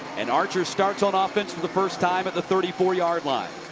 and archer starts on ah offense for the first time at the thirty four yard line.